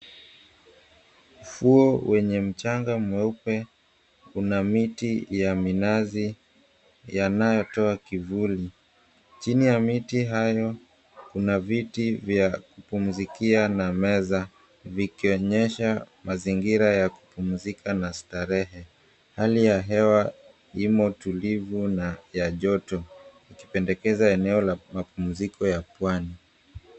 Ufuo wenye mchanga mweupe una miti ya minazi yanayotoa kivuli. Chini ya miti hayo kuna viti vya kupumzikia na meza vikionyesha mazingira ya kupumzika na starehe. Hali ya hewa imo tulivu na ya joto ikipendekeza eneo la mapumziko ya pwani.